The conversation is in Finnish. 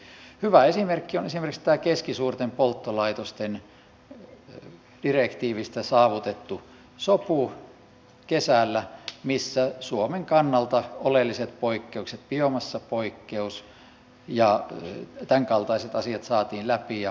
hyvä esimerkki on tämä keskisuurten polttolaitosten direktiivistä saavutettu sopu kesällä missä suomen kannalta oleelliset poikkeukset biomassapoikkeus ja tämänkaltaiset asiat saatiin läpi ja homma pelittää